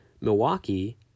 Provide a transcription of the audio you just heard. Milwaukee